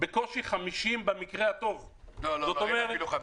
בקושי 50 מיליארד שקל במקרה הטוב הגיעו אליהם.